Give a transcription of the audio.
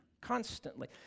constantly